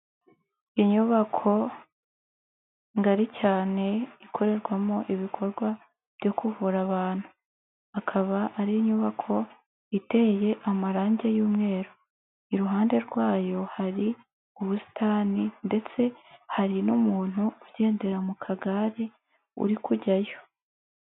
Inyubako ngari cyane ikorerwamo ibikorwa byo kuvura abantu, akaba ari inyubako iteye amarangi y'umweru, iruhande rwayo hari ubusitani ndetse hari n'umuntu ugendera mu kagare uri kujyayo.